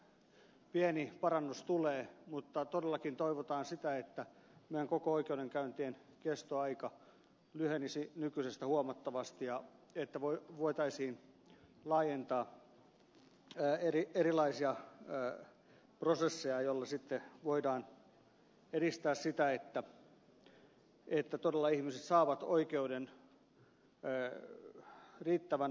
tässä pieni parannus tulee mutta todellakin toivotaan sitä että meillä koko oikeudenkäyntien kestoaika lyhenisi nykyisestä huomattavasti että voitaisiin laajentaa erilaisia prosesseja joilla sitten voidaan edistää sitä että todella ihmiset saavat oikeuden riittävän ajoissa